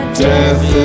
death